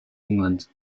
england